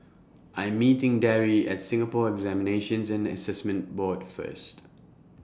I Am meeting Darry At Singapore Examinations and Assessment Board First